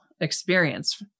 experience